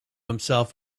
himself